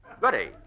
Goodie